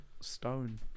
stone